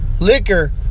liquor